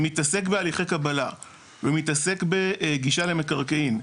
שמתעסק בהליכי קבלה ומתעסק בגישה למקרקעין,